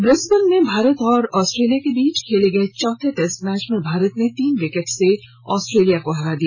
Brisbane में भारत और ऑस्ट्रेलिया के बीच खेले गये चौथे टेस्ट मैच में भारत ने तीन विकेट से ऑस्ट्रेलिया को हराया